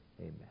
Amen